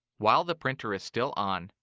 while the printer is still on,